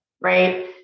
right